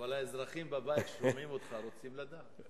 אבל האזרחים בבית שרואים אותך רוצים לדעת.